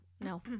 No